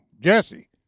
Jesse